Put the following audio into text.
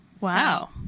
Wow